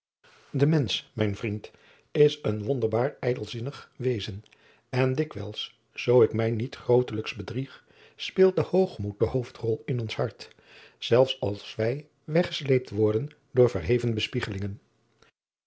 e mensch mijn vriend is een wonderbaar ijdelziunig wezen en dikwijls zoo ik mij niet grootelijks bedrieg speelt de hoogmoed de hoofdrol in ons hart zelfs als wij weggesleept worden door verheven